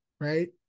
right